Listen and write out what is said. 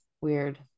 Weird